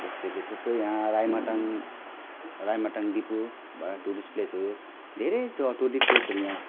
जस्तै कि थुप्रै यहाँ राईमटाङ राईमटाङ दिपु भनेर टुरिस्ट प्लेसहरू धेरै त्यो अ टुरिस्ट प्लेसहरू यहाँ